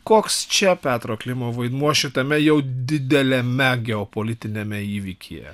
koks čia petro klimo vaidmuo šitame jau dideliame geopolitiniame įvykyje